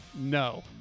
No